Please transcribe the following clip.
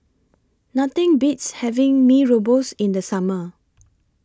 Nothing Beats having Mee Rebus in The Summer